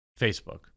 Facebook